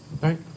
Right